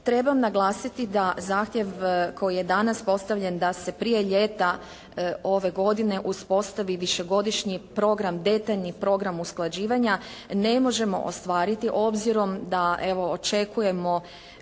trebam naglasiti da zahtjev koji je danas postavljen da se prije ljeta ove godine uspostavi višegodišnji program, detaljni program usklađivanja ne možemo ostvariti obzirom da evo očekujemo